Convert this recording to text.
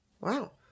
Wow